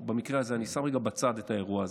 במקרה הזה, אני שם לרגע בצד את האירוע הזה.